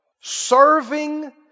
Serving